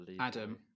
Adam